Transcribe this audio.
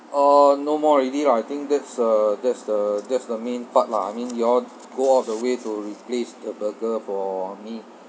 uh no more already lah I think that's uh that's the that's the main part lah I mean you all go all the way to replace the burger for me